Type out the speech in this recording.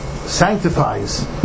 sanctifies